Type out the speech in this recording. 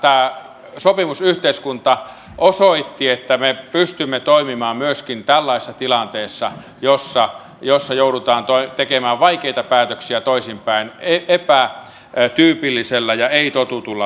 tämä sopimusyhteiskunta osoitti että me pystymme toimimaan myöskin tällaisessa tilanteessa jossa joudutaan tekemään vaikeita päätöksiä toisinpäin epätyypillisellä ja ei totutulla tavalla